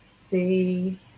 See